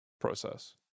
process